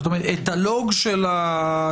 זאת אומרת את הלוג של התקלות,